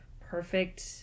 perfect